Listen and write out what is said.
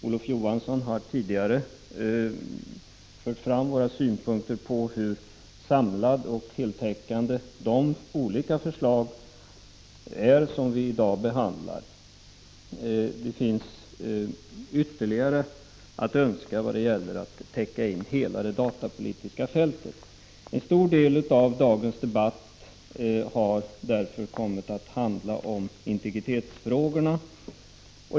Olof Johansson har tidigare fört fram våra synpunkter på hur samlade och heltäckande de olika förslag som vi i dag behandlar är. Det finns mer att önska när det gäller att täcka in hela det datapolitiska fältet. En stor del av dagens debatt har därför kommit att handla om integritetsfrågorna.